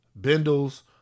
bindles